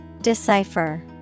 Decipher